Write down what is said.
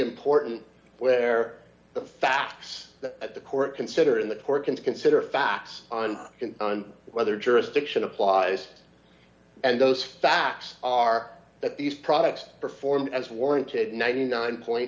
important where the facts that at the court consider in the court can consider facts on whether jurisdiction applies and those facts are that these products perform as warranted ninety nine point